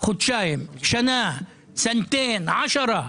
בשונה ממה שקורה היום.